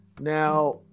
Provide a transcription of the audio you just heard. Now